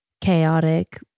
chaotic